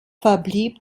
verblieb